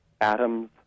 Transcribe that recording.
atoms